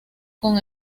con